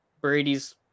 Brady's